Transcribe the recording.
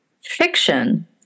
fiction